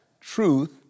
truth